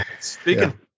Speaking